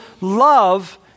love